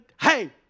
hey